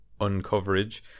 uncoverage